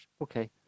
okay